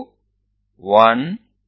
ಇದು C